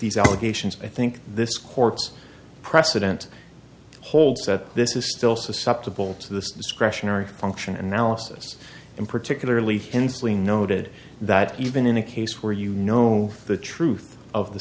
these allegations i think this court's precedent holds that this is still susceptible to this discretionary function analysis and particularly hensley noted that even in a case where you know the truth of the